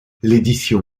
l’édition